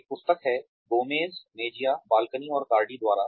एक पुस्तक है गोमेज़ मेजिया बाल्किनी और कार्डी द्वारा